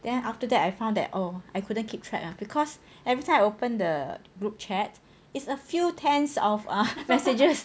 then after that I found that ah I couldn't keep track ah because everytime I open the group chat it's a few tens of messages